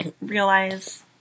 realize